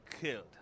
killed